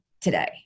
today